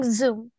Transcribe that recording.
zoom